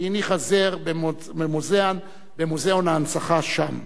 והניחה זר במוזיאון ההנצחה שם.